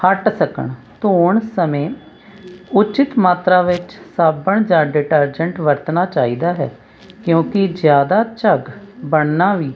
ਹਟ ਸਕਣ ਧੋਣ ਸਮੇਂ ਉਚਿਤ ਮਾਤਰਾ ਵਿੱਚ ਸਾਬਣ ਜਾਂ ਡਿਟਰਜੈਂਟ ਵਰਤਣਾ ਚਾਹੀਦਾ ਹੈ ਕਿਉਂਕਿ ਜ਼ਿਆਦਾ ਝੱਗ ਬਣਨਾ ਵੀ